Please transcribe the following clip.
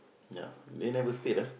ya they never state ah